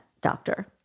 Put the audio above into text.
doctor